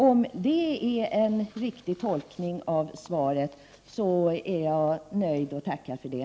Om det är en riktig tolkning av svaret, är jag nöjd och tackar för det.